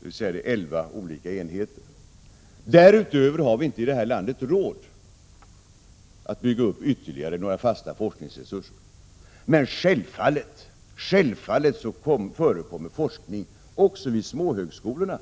dvs. vid elva olika enheter. Därutöver har vi i detta land inte råd att bygga upp några ytterligare fasta forskningsresurser. Forskning förekommer dock självfallet även vid de mindre högskolorna.